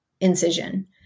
incision